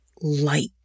light